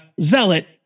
Zealot